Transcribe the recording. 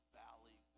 valley